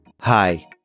Hi